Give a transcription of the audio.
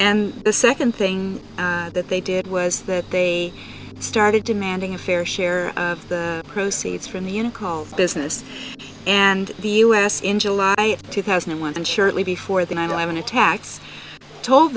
and the second thing that they did was that they started demanding a fair share of the proceeds from the in calls business and the u s in july two thousand and one surely before the nine eleven attacks told